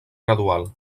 gradual